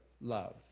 love